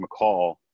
McCall